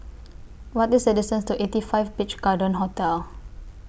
What IS The distance to eighty five Beach Garden Hotel